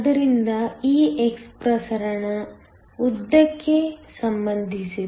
ಆದ್ದರಿಂದ ಈ x ಪ್ರಸರಣ ಉದ್ದಕ್ಕೆ ಸಂಬಂಧಿಸಿದೆ